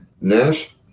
Nash